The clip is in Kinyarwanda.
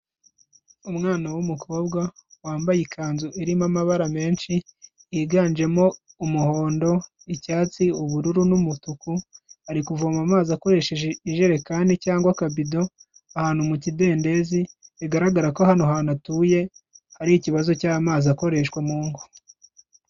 Umwana w'umukobwa, wambaye ikanzu irimo amabara menshi, yiganjemo umuhondo icyatsi ubururu n'umutuku, ari kuvoma amazi akoresheje ijerekani cyangwa akabido, ahantu mu kidendezi, bigaragara ko hano hantu hatuye, hari ikibazo cy'amazi akoreshwa mu ngo.